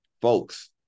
folks